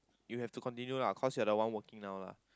you have to continue lah cause you're the one working now lah